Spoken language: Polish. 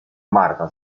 marta